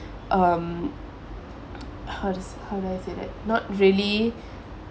um how do sa~ how do I say that not really